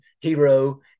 hero